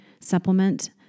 supplement